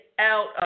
out